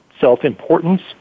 self-importance